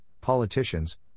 politicians